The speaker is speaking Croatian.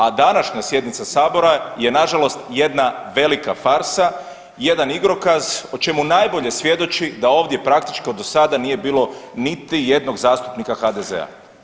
A današnja sjednica Sabora je na žalost jedna velika farsa, jedan igrokaz o čemu najbolje svjedoči da ovdje praktički do sada nije bilo niti jednog zastupnika HDZ-a.